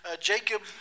Jacob